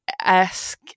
Esque